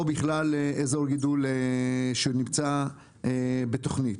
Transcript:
או בכלל אזור גידול שנמצא בתוכנית.